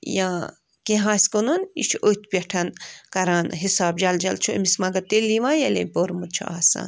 یا کیٚنٛہہ آسہِ کٕنُن یہِ چھُ أتھۍ پٮ۪ٹھ کَران حِساب جل جل چھُ أمِس مگر تیٚلہِ یِوان ییٚلہِ اَمۍ پوٚرمُت چھُ آسان